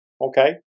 Okay